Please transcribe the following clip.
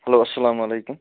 hello اسلام علیکُم